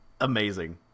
amazing